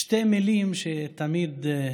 שתי מילים תמיד,